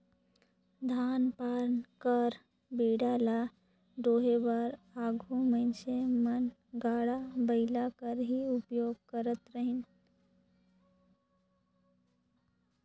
धान पान कर बीड़ा ल डोहे बर आघु मइनसे मन गाड़ा बइला कर ही उपियोग करत रहिन